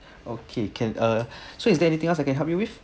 okay can uh so is there anything else I can help you with